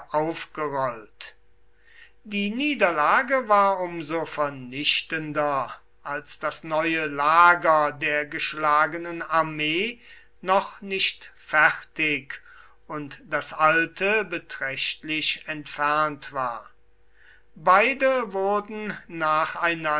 aufgerollt die niederlage war um so vernichtender als das neue lager der geschlagenen armee noch nicht fertig und das alte beträchtlich entfernt war beide wurden